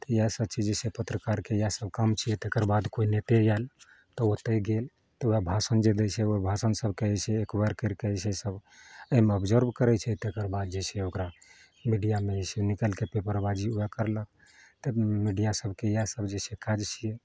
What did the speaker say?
तऽ इएह सब चीज जैसे पत्रकारके इएह सब काम छियै तेकरबाद केओ नेते आएल तऽ ओत्तए गेल तऽ ओएह भाषण जे दै छै ओ भाषण सबके जे छै एक्वाइर करिके जे छै सब एहिमे ऑब्जर्ब करै छै तेकरबाद जे छै ओकरा मीडिआमे जे छै निकालिके ओएह पेपरबाजी करलक तब मीडिआ सबके इएह सब जे छै काज छियै